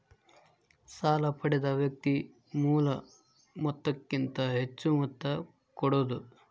ಸಾಲ ಪಡೆದ ವ್ಯಕ್ತಿ ಮೂಲ ಮೊತ್ತಕ್ಕಿಂತ ಹೆಚ್ಹು ಮೊತ್ತ ಕೊಡೋದು